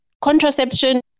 contraception